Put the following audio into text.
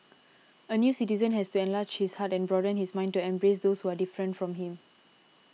a new citizen has to enlarge his heart and broaden his mind to embrace those who are different from him